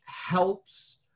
helps